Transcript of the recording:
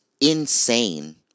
insane